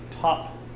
top